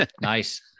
nice